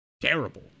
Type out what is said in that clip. terrible